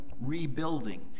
rebuilding